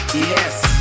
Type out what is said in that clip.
yes